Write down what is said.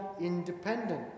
independent